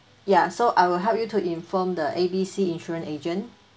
ya so I will help you to inform the A B C insurance agent